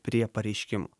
prie pareiškimo